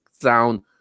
sound